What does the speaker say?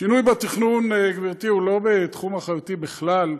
שינוי בתכנון, גברתי, הוא לא בתחום אחריותי בכלל.